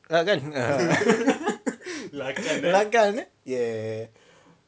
lah kan lah kan eh yeah